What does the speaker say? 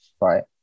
right